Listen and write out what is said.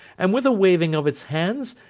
and with a waving of its hands,